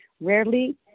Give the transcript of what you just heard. Rarely